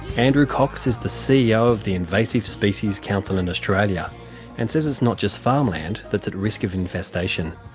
andrew cox is the ceo of the invasive species council in australia and says it's not just farmland that's at risk of infestation.